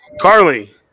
Carly